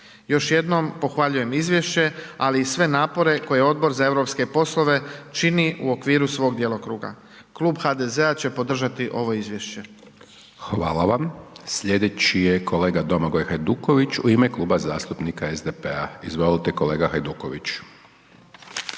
Još jednom pohvaljujem izvješće, ali i sve napore koje Odbor za europske poslove čini u okviru svog djelokruga. Klub HDZ-a će podržati ovo izvješće. **Hajdaš Dončić, Siniša (SDP)** Hvala vam. Slijedeći je kolega Domagoj Hajduković u ime Kluba zastupnika SDP-a, izvolite kolega Hajduković.